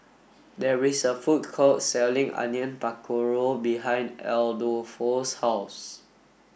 there is a food court selling Onion Pakora behind Adolfo's house